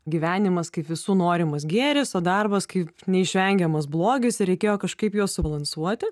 gyvenimas kaip visų norimas gėris o darbas kaip neišvengiamas blogis ir reikėjo kažkaip juos subalansuoti